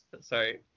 Sorry